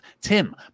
Tim